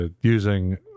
using